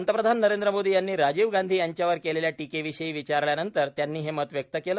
पंतप्रधान नरेंद्र मोदी यांनी राजीव गांधी यांच्यावर केलेल्या टिकेविषयी विचारल्यानंतर त्यांनी हे मत व्यक्त केले